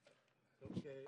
המנכ"ל.